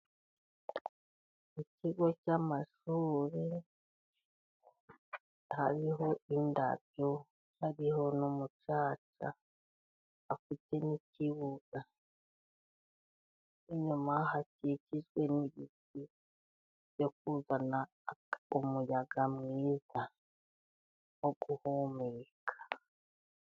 Ikigo cy'amashuri hariho indabyo, hariho n'umucaca, afite n'ikibuga, inyuma hakikijwe n'ibiti byo kuzana umuyaga mwiza wo guhumeka.